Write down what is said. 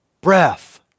breath